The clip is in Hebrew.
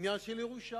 עניין של ירושה.